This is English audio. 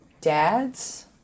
dads